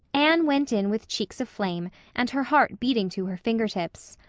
anne went in with cheeks of flame and her heart beating to her fingertips.